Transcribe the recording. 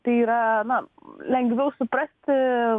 tai yra na lengviau suprasti